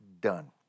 done